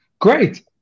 great